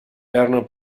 erano